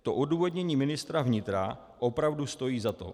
To odůvodnění ministra vnitra opravdu stojí za to.